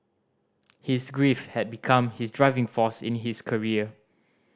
his grief had become his driving force in his career